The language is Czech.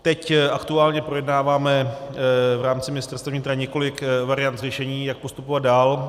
Teď aktuálně projednáváme v rámci Ministerstva vnitra několik variant řešení, jak postupovat dál.